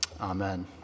amen